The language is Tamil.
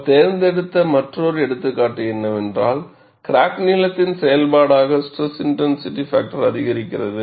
அவர்கள் தேர்ந்தெடுத்த மற்றொரு எடுத்துக்காட்டு என்னவென்றால் கிராக் நீளத்தின் செயல்பாடாக SIF அதிகரிக்கிறது